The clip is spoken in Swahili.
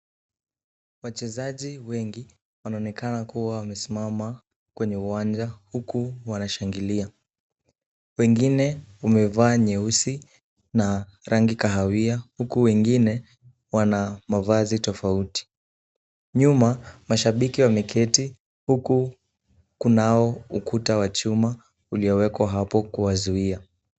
Wachezaji wengi wanaonekana kuwa wamesimama kwenye uwanja huku wanashangilia. Wengine wamevaa nyeusi na rangi kahawia huku wengine wana mavazi tofauti. Nyuma, mashabiki wameketi huku kunao ukuta wa chuma uliowekwa hapo kuwazuia.